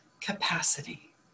capacity